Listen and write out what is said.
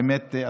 באמת,